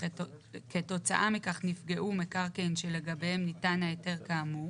וכתוצאה מכך נפגעו מקרקעין שלגביהם ניתן ההיתר כאמור